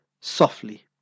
softly